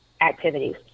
activities